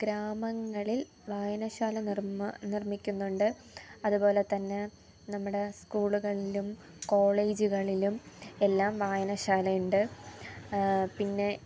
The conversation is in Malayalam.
ഗ്രാമങ്ങളിൽ വായനശാല നിർമ്മാണം നിർമ്മിക്കുന്നുണ്ട് അതുപോലെ തന്നെ നമ്മുടെ സ്കൂളുകളിലും കോളേജുകളിലും എല്ലാം വായനശാലയുണ്ട് പിന്നെ